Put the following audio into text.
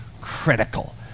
critical